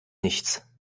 nichts